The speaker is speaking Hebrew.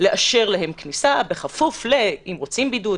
לאשר להם כניסה בכפוף למה שרוצים: אם רוצים בידוד,